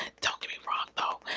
ah don't get me wrong though,